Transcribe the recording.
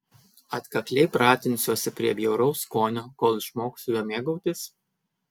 atkakliai pratinsiuosi prie bjauraus skonio kol išmoksiu juo mėgautis